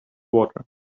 water